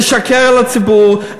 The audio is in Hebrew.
לשקר לציבור,